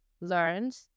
learned